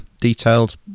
detailed